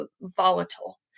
volatile